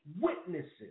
witnesses